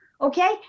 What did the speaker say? okay